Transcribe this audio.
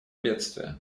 бедствия